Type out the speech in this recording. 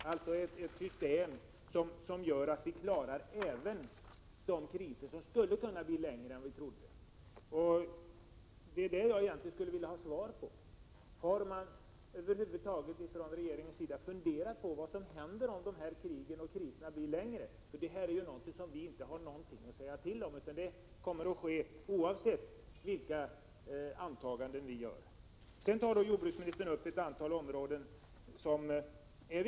Vi förordar alltså ett system som gör att vårt land klarar även kriser som skulle kunna bli längre än vad vi trodde. Jag skulle vilja veta om regeringen över huvud taget har funderat på vad som händer om dessa kriser och krig blir längre — det är ju något som vi inte har någonting att säga till om, oberoende av vilka antaganden vi gör. Jordbruksministern räknar upp ett antal viktiga områden.